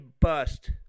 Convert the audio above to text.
bust